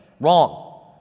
wrong